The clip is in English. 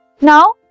Now